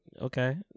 okay